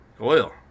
Oil